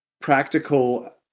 practical